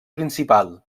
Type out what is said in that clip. principal